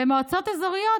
במועצות אזוריות